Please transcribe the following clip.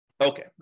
Okay